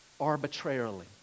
Arbitrarily